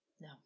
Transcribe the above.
No